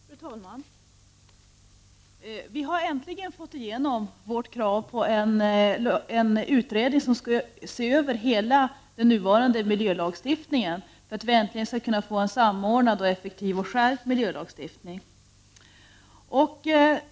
Fru talman! Vi i miljöpartiet har äntligen fått igenom vårt krav på en utredning, som skall se över hela den nuvarande miljölagstiftningen, så att det äntligen skall kunna ske en samordnad, effektiv och skärpt miljölagstiftning.